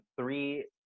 three